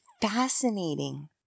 fascinating